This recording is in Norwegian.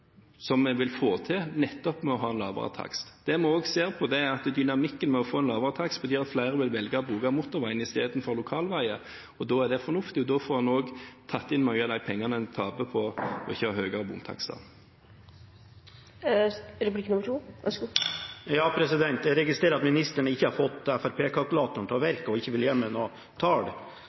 som vi vil få til nettopp ved å ha lavere takst. Det vi også ser på, er at dynamikken ved å få en lavere takst betyr at flere vil velge å bruke motorveien i stedet for lokalveier, og da er det fornuftig, og da får en også tatt inn mye av de pengene en taper på ikke å ha høyere bomtakster. Jeg registrerer at ministeren ikke har fått Fremskrittsparti-kalkulatoren til å virke og ikke vil gi meg noen tall.